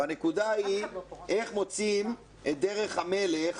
והנקודה היא איך מוצאים את דרך המלך,